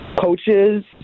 coaches